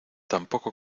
tampoco